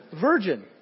virgin